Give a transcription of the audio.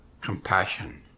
compassion